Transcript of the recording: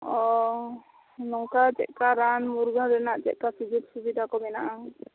ᱚ ᱱᱚᱝᱠᱟ ᱪᱮᱫ ᱞᱮᱠᱟ ᱨᱟᱱ ᱢᱩᱨᱜᱟᱹᱱ ᱨᱮᱱᱟᱜ ᱪᱮᱫ ᱞᱮᱠᱟ ᱥᱩᱡᱳᱜ ᱥᱩᱵᱤᱫᱟ ᱠᱚ ᱢᱮᱱᱟᱜᱼᱟ